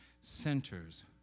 centers